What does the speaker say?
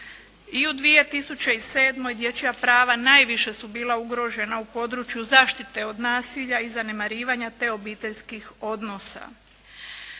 I u 2007. dječja prava najviše su bila ugrožena u području zaštite od nasilja i zanemarivanja, te obiteljskih odnosa.